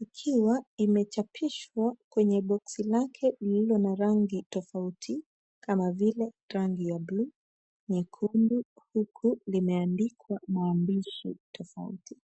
ikiwa imechapishwa kwenye boksi lake lililo na rangi tofauti kama vile rangi ya buluu, nyekundu huku limeandikwa maandishi tofauti.